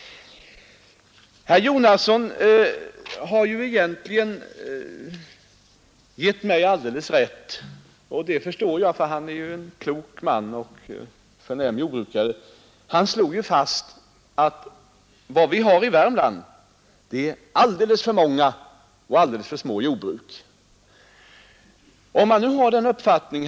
Herr Jonasson har egentligen givit mig alldeles rätt. Jag förstår detta för han år ju en klok man och en förnämlig iordbrukare. Han slog fast att vi i Värmland har alldeles för många och för sma jordbruk. Om man nu har den uppfattningen.